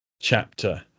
chapter